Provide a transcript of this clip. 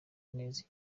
neza